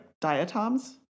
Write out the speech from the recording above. diatoms